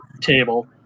table